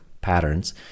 patterns